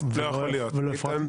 ולא הפרעתי?